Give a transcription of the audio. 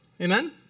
Amen